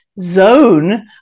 zone